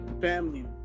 family